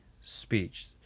speech